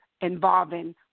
involving